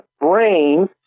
brain